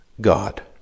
God